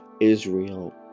Israel